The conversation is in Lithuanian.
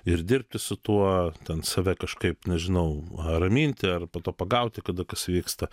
ir dirbti su tuo ten save kažkaip nežinau ar raminti ar po to pagauti kada kas vyksta